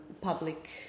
public